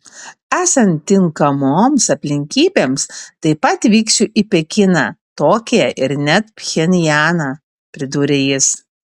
esant tinkamoms aplinkybėms taip pat vyksiu į pekiną tokiją ir net pchenjaną pridūrė jis